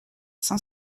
cinq